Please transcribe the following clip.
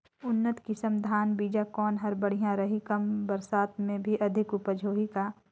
उन्नत किसम धान बीजा कौन हर बढ़िया रही? कम बरसात मे भी अधिक उपज होही का?